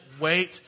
wait